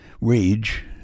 rage